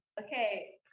Okay